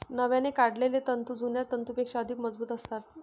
नव्याने काढलेले तंतू जुन्या तंतूंपेक्षा अधिक मजबूत असतात